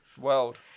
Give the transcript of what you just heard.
World